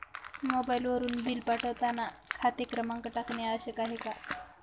मोबाईलवरून बिल पाठवताना खाते क्रमांक टाकणे आवश्यक आहे का?